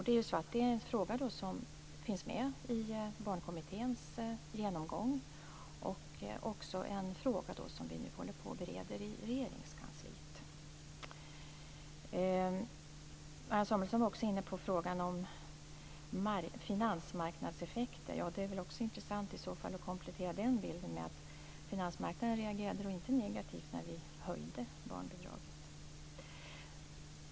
Det är en fråga som finns med i Barnkommitténs genomgång och som vi nu håller på och bereder i Regeringskansliet. Marianne Samuelsson var också inne på frågan om finansmarknadseffekter. Det är väl i så fall också intressant att komplettera den bilden med att finansmarknaden inte reagerade negativt när vi höjde barnbidraget.